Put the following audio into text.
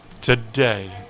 today